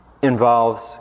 involves